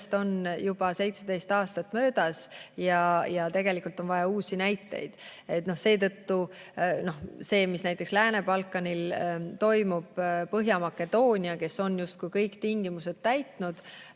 on juba 17 aastat möödas ja tegelikult on vaja uusi näiteid. Seetõttu see, mis näiteks Lääne-Balkanil toimub – Põhja-Makedoonia, kes on justkui kõik tingimused täitnud,